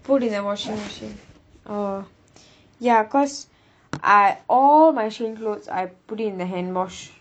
put in the washing machine orh ya because uh all my Shein clothes I put it in the handwash